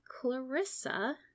Clarissa